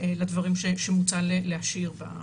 לדברים שמוצע להשאיר.